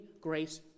grace